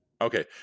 okay